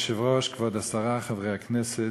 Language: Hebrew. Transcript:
אדוני היושב-ראש, כבוד השרה, חברי הכנסת,